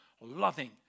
loving